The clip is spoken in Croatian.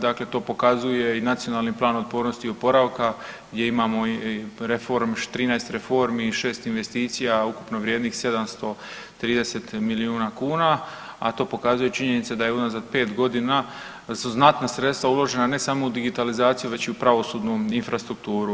Dakle, to pokazuje i Nacionalni plan otpornosti i oporavka gdje imamo i 13 reformi, 6 investicija ukupno vrijednih 730 milijuna kuna, a to pokazuje činjenica da je unazad 5 godina su znatna sredstva uložena ne samo u digitalizaciju već i u pravosudnu infrastrukturu.